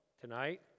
tonight